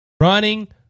running